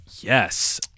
Yes